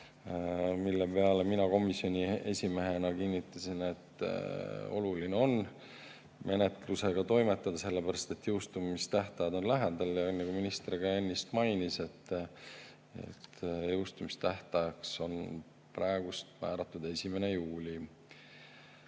Selle peale mina komisjoni esimehena kinnitasin, et oluline on menetlusega toimetada sellepärast, et jõustumistähtajad on lähedal. Nagu minister ka ennist mainis, jõustumistähtajaks on praegu määratud 1. juuli.